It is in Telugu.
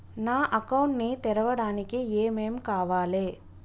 నా అకౌంట్ ని తెరవడానికి ఏం ఏం కావాలే?